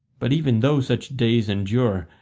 but even though such days endure,